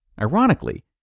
Ironically